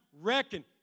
reckon